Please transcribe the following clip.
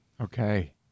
Okay